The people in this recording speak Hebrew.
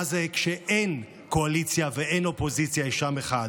מה זה כשאין קואליציה ואין אופוזיציה, יש עם אחד.